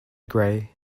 gray